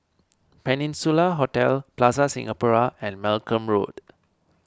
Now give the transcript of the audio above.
Peninsula Hotel Plaza Singapura and Malcolm Road